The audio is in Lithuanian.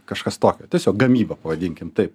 kažkas tokio tiesiog gamyba pavadinkim taip